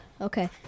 okay